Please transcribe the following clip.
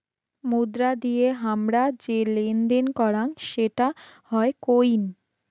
মুদ্রা দিয়ে হামরা যে লেনদেন করাং সেটা হই কোইন